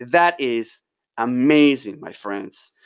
that is amazing, my friends.